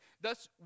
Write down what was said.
Thus